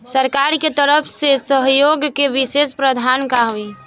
सरकार के तरफ से सहयोग के विशेष प्रावधान का हई?